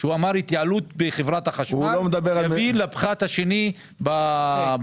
כשהוא אמר התייעלות בחברת החשמל יביא לפחת השני בעלויות.